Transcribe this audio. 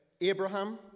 Abraham